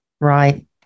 Right